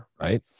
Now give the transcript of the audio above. right